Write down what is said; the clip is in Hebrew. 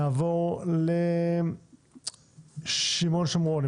נעבור לשמעון שומרוני,